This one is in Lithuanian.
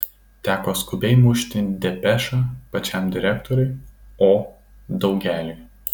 teko skubiai mušti depešą pačiam direktoriui o daugeliui